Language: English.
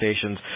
stations